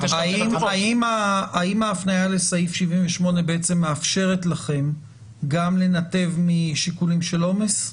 האם ההפניה לסעיף 78 בעצם מאפשרת לכם גם לנתב משיקולים של עומס?